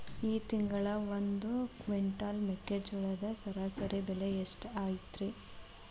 ಈ ತಿಂಗಳ ಒಂದು ಕ್ವಿಂಟಾಲ್ ಮೆಕ್ಕೆಜೋಳದ ಸರಾಸರಿ ಬೆಲೆ ಎಷ್ಟು ಐತರೇ?